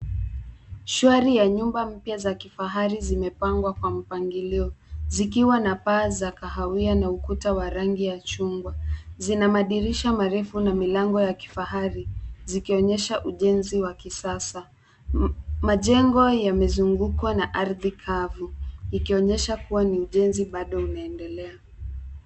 Shwari ya nyumba mpya za kifahari zimepangwa kwa mpangilio. Zikiwa na paa za kahawia na ukuta wa rangi ya chungwa. Zina madirisha marefu na milango ya kifahari, zikionyesha ujenzi wa kisasa. Ma majengo yamezungukwa na ardhi kavu, ikionyesha kuwa ni ujenzi bado unaendelea.